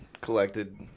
collected